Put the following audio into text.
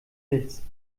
nichts